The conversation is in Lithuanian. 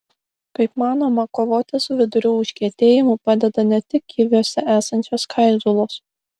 kaip manoma kovoti su vidurių užkietėjimu padeda ne tik kiviuose esančios skaidulos